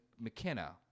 McKenna